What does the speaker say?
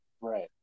Right